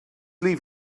leave